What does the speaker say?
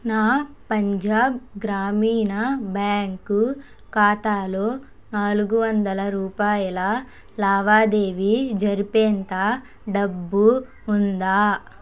నా పంజాబ్ గ్రామీణ బ్యాంకు ఖాతాలో నాలుగు వందల రూపాయల లావాదేవీ జరిపేంత డబ్బు ఉందా